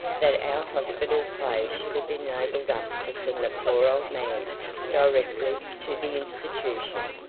that our hospital play should have enabled us to send the poor old man directly to the institution.